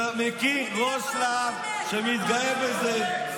אתה מכיר ראש לה"ב שמתגאה בזה?